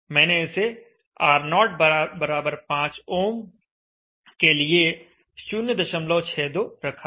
मैंने इसे R05 ohm के लिए 062 रखा है